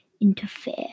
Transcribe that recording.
interfere